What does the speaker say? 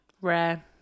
rare